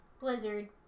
Blizzard